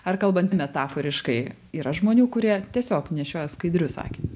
ar kalbant metaforiškai yra žmonių kurie tiesiog nešioja skaidrius akinius